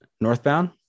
northbound